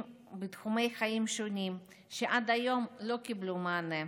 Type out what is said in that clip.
בתחומי חיים שונים שעד היום לא קיבלו מענה.